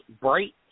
bright